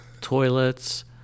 toilets